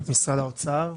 האוצר.